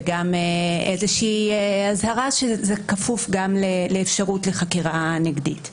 וגם איזושהי אזהרה שזה כפוף גם לאפשרות לחקירה נגדית.